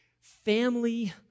family